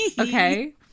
Okay